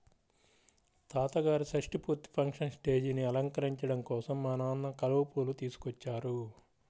తాతగారి షష్టి పూర్తి ఫంక్షన్ స్టేజీని అలంకరించడం కోసం మా నాన్న కలువ పూలు తీసుకొచ్చారు